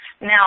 Now